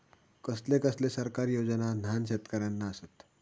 कसले कसले सरकारी योजना न्हान शेतकऱ्यांना आसत?